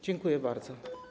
Dziękuję bardzo.